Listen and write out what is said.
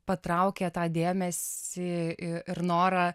patraukė tą dėmesį i ir norą